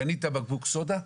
קנית בקבוק סודה,